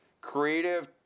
creative